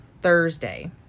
Thursday